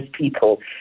people